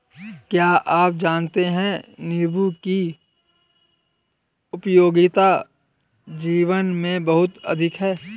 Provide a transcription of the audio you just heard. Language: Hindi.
क्या आप जानते है नीबू की उपयोगिता जीवन में बहुत अधिक है